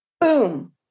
boom